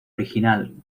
original